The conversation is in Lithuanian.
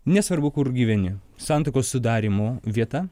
nesvarbu kur gyveni santuokos sudarymo vieta